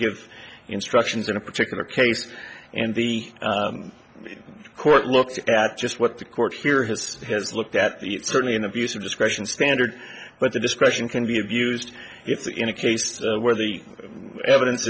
give instructions in a particular case and the court looks at just what the court here has has looked at the certainly an abuse of discretion standard but the discretion can be abused if in a case where the evidence